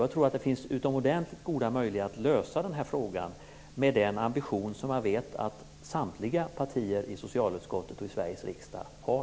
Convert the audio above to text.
Jag tror att det finns utomordentligt goda möjligheter att lösa den här frågan med den ambition som jag vet att samtliga partier i socialutskottet och i Sveriges riksdag har.